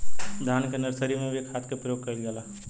धान के नर्सरी में भी खाद के प्रयोग कइल जाला?